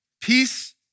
Peace